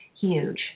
Huge